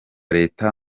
leta